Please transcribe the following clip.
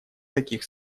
таких